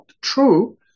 true